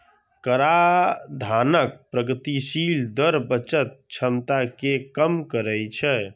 कराधानक प्रगतिशील दर बचत क्षमता कें कम करै छै